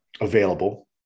available